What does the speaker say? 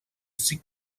six